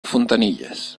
fontanilles